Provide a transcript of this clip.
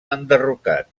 enderrocat